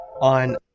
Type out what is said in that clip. On